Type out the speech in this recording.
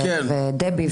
ודבי,